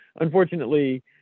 Unfortunately